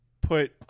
put